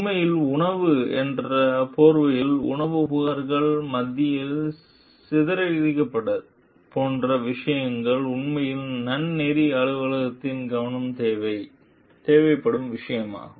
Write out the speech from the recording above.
உண்மையில் உணவு என்ற போர்வையில் உணவு புகார்கள் மத்தியில் சிதறிக்கிடப்பது போன்ற விஷயங்கள் உண்மையில் நன்னெறி அலுவலகத்தின் கவனத்தைத் தேவைப்படும் விஷயங்களாகும்